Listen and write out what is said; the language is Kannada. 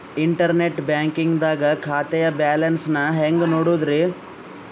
ಇಂಟರ್ನೆಟ್ ಬ್ಯಾಂಕಿಂಗ್ ದಾಗ ಖಾತೆಯ ಬ್ಯಾಲೆನ್ಸ್ ನ ಹೆಂಗ್ ನೋಡುದ್ರಿ?